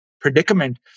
predicament